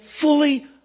fully